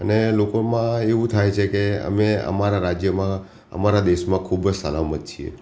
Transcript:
અને લોકોમાં એવું થાય છે કે અમે અમારાં રાજ્યમાં અમારા દેશમાં ખૂબ જ સલામત છીએ